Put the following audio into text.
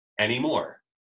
anymore